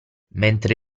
mentre